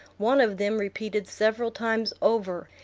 one of them repeated several times over,